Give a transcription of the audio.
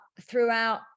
throughout